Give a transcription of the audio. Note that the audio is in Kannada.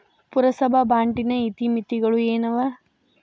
ಪುರಸಭಾ ಬಾಂಡಿನ ಇತಿಮಿತಿಗಳು ಏನವ?